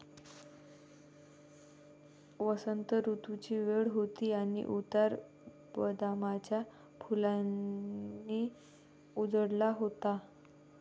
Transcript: वसंत ऋतूची वेळ होती आणि उतार बदामाच्या फुलांनी उजळला होता